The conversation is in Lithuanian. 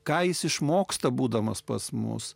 ką jis išmoksta būdamas pas mus